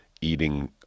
eating